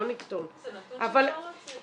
לא -- זה נתון שאפשר להוציא אותו.